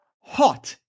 hot